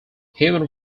human